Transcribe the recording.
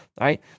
Right